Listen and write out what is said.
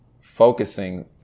focusing